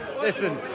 Listen